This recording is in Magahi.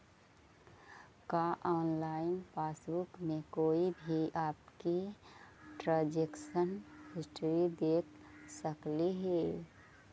का ऑनलाइन पासबुक में कोई भी आपकी ट्रांजेक्शन हिस्ट्री देख सकली हे